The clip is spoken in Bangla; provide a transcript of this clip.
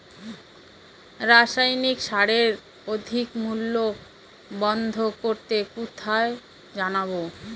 রাসায়নিক সারের অধিক মূল্য বন্ধ করতে কোথায় জানাবো?